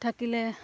থাকিলে